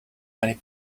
many